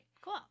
Cool